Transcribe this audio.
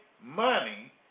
money